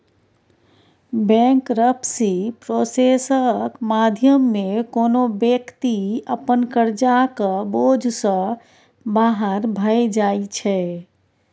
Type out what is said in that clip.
bankruptcy प्रोसेसक माध्यमे कोनो बेकती अपन करजाक बोझ सँ बाहर भए जाइ छै